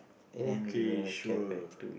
okay sure